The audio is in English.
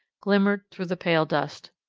glimmered through the pale dust.